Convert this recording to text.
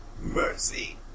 Mercy